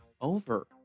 over